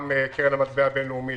גם קרן המטבע הבינלאומית